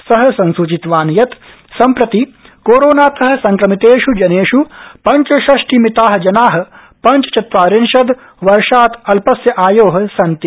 सः संसूचितवान् यत् सम्प्रति कोरोनात संक्रमितेष् जनेष् पञ्चषष्टिमिता जना पञ्चचत्वारिंशद् वर्षात् अल्पस्य आयो सन्ति